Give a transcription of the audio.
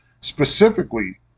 Specifically